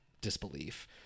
disbelief